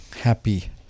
Happy